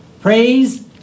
Praise